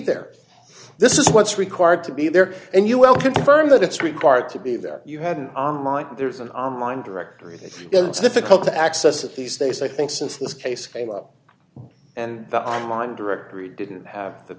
there this is what's required to be there and you will confirm that it's required to be there you had an online there's an online directory that difficult to access these days i think since this case came up and the online directory didn't have the